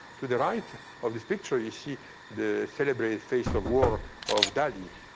to the right of this picture, you see the celebrated face of war of dali.